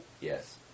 Yes